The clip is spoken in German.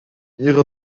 ihrer